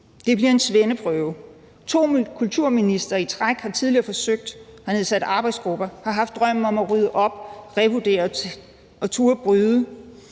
Det bliver en svendeprøve; to kulturministre i træk har tidligere forsøgt, har nedsat arbejdsgrupper, har haft drømmen om at rydde op, revurdere og turde at bryde